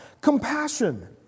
compassion